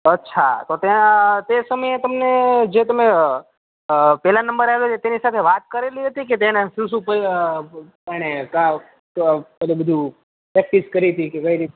અચ્છા તો ત્યાં તે સમયે તમને જો તમે પહેલાં નંબરે આવ્યા છે તેની સાથે વાત કરેલી હતી કે તેને શું શું એણે ત્યાં શું શું બધું એટલે બધુ પ્રેક્ટિસ કરી હતી કે કઈ રીતે